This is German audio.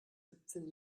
siebzehn